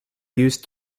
used